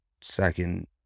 second